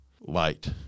Light